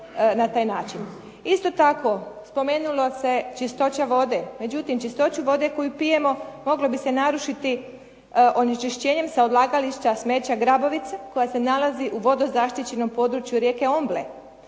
Isto tako spomenulo se čistoća vode, međutim, čistoću vode koju pijemo moglo bi se narušiti onečišćenjem sa odlagališta smeća Grabovica koja se nalazi u vodozaštićenom području rijeke Omble.